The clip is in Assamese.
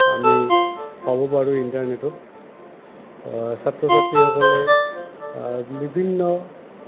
আমি পাব পাৰোঁ ইণ্টাৰনেটত ছাত্ৰ ছাত্ৰীসকলে বিভিন্ন